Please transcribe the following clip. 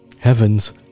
Heavens